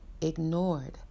ignored